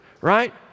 Right